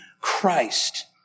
Christ